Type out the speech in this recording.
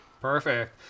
Perfect